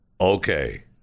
Okay